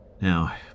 Now